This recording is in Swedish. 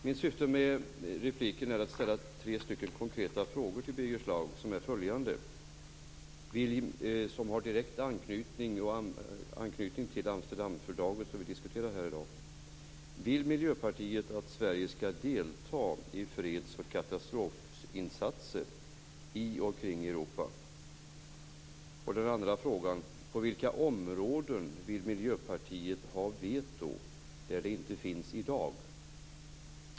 Mitt syfte med min replik är att till Birger Schlaug ställa följande tre konkreta frågor som har direkt anknytning till Amsterdamfördraget, som vi i dag här diskuterar: Vill Miljöpartiet att Sverige skall delta i freds och katastrofinsatser i och kring Europa? På vilka områden vill Miljöpartiet ha veto där det inte finns i dag?